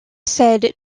said